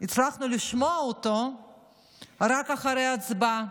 הצלחנו לשמוע אותו רק אחרי ההצבעה,